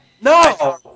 No